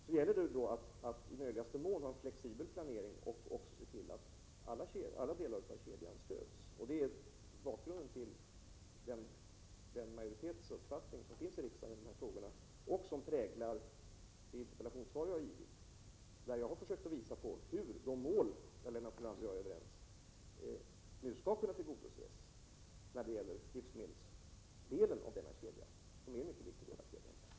Det gäller att i möjligaste mån ha en flexibel planering och se till att alla delar av kedjan stöds. Det är bakgrunden till den uppfattning som omfattas av en majoritet i riksdagen i dessa frågor och som präglar mitt interpellationssvar, där jag har försökt visa på hur de mål, som Lennart Brunander och jag är överens om, skall kunna tillgodoses när det gäller livsmedelsdelen av denna kedja, en del som är mycket viktig.